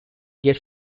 gear